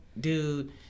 dude